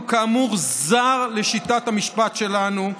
הוא כאמור זר לשיטת המשפט שלנו,